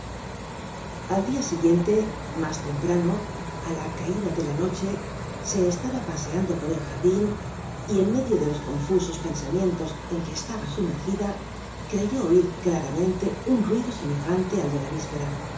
al dia siguiente mas temprano á la caida de la noche se estaba paseando por el jardin y en medio de los confusos pensamientos en que estaba sumergida creyó oir claramente un ruido semejante al de la víspera